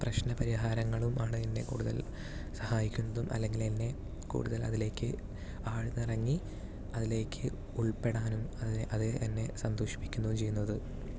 പ്രശ്നപരിഹാരങ്ങളുമാണ് എന്നെ കൂടുതൽ സഹായിക്കുന്നതും അല്ലെങ്കിൽ എന്നെ കൂടുതൽ അതിലേക്ക് ആഴ്ന്നിറങ്ങി അതിലേക്ക് ഉൾപ്പെടാനും അത് അത് എന്നെ സന്തോഷിപ്പിക്കുന്നും ചെയ്യുന്നത്